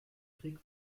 krieg